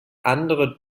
andere